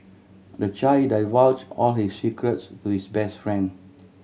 the child divulged all his secrets to his best friend